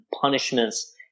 punishments